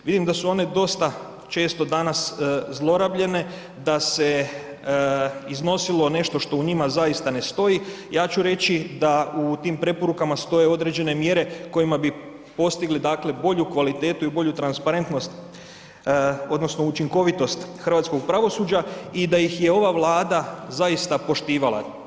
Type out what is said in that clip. Vidim da su one dosta često danas zlorabljene, da se iznosilo nešto što u njima zaista ne stoji, ja ću reći da u tim preporukama stoje određene mjere kojima bi postigli dakle bolju kvalitetu i bolju transparentnost odnosno učinkovitost hrvatskog pravosuđa i da ih je ova Vlada zaista poštivala.